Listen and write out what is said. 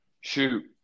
Shoot